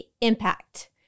Impact